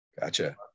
Gotcha